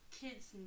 Kids